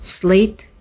Slate